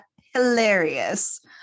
hilarious